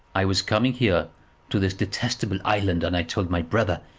i was coming here to this detestable island, and i told my brother.